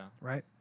Right